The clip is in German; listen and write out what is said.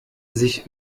sich